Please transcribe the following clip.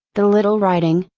the little writing,